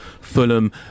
Fulham